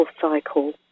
cycle